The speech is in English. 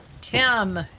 Tim